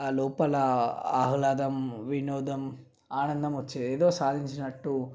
ఆ లోపల ఆహ్లాదం వినోదం ఆనందం వచ్చేది ఏదో సాధించినట్టు